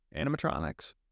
animatronics